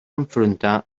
enfrontar